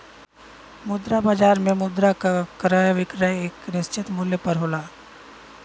मुद्रा बाजार में मुद्रा क क्रय विक्रय एक निश्चित मूल्य पर होला